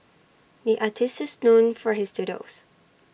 the artists is known for his doodles